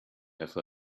have